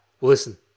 listen